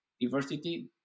diversity